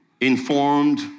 informed